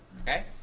Okay